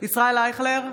ישראל אייכלר,